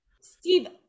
Steve